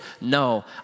no